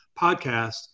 podcast